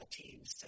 teams